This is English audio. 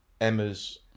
Emma's